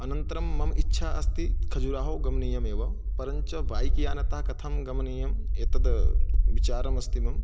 अनन्तरं मम इच्छा अस्ति खजुराहो गमनीयमेव परञ्च वैक्यानतः कथं गमनीयम् एतद् विचारः अस्ति मम